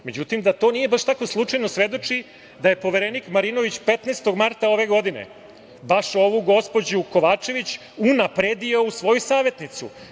Međutim, da to nije baš tako slučajno svedoči da je poverenik Marinović 15. marta ove godine, baš ovu gospođu Kovačević unapredio u svoju savetnicu.